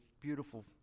beautiful